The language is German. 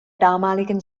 damaligen